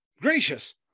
gracious